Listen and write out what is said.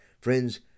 Friends